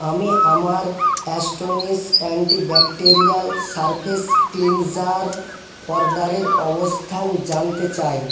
আমি আমার Astonish antibacterial surface cleanser অর্ডারের অবস্থান জানতে চাই